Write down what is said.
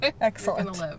Excellent